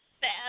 bad